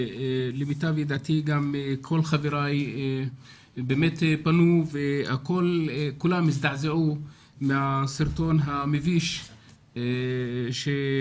למיטב ידיעתי גם כל חבריי באמת פנו וכולם הזדעזעו מהסרטון המביש שפורסם.